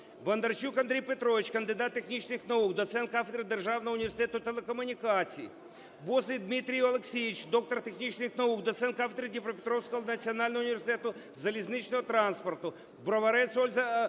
Бондарчук Андрій Петрович, кандидат технічних наук, доцент кафедри Державного університету телекомунікацій. Босий Дмитро Олексійович, доктор технічних наук, доцент кафедри Дніпропетровського Національного університету залізничного транспорту. Броварець Ольга